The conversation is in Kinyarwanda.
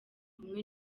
kumwe